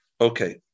Okay